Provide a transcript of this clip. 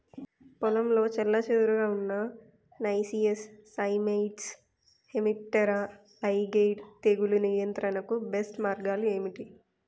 పొలంలో చెల్లాచెదురుగా ఉన్న నైసియస్ సైమోయిడ్స్ హెమిప్టెరా లైగేయిడే తెగులు నియంత్రణకు బెస్ట్ మార్గాలు ఏమిటి?